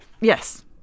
yes